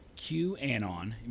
QAnon